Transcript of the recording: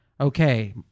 Okay